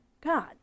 God